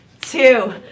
two